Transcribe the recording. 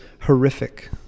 horrific